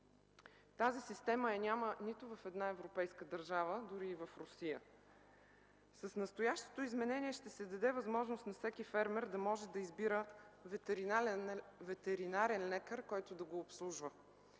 Тази система я няма в нито една европейска държава, дори и в Русия. С настоящото изменение ще се даде възможност на всеки фермер да може да избира ветеринарен лекар, който да го обслужва.